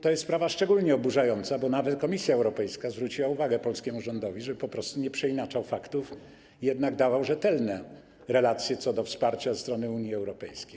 To jest sprawa szczególnie oburzająca, bo nawet Komisja Europejska zwróciła uwagę polskiemu rządowi, żeby po prostu nie przeinaczał faktów, żeby jednak dawał rzetelne relacje co do wsparcia ze strony Unii Europejskiej.